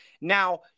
now